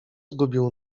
zgubił